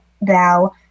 thou